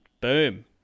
boom